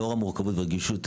לאור המורכבות והרגישות,